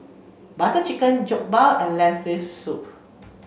Butter Chicken Jokbal and Lentil soup